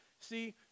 See